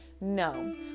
No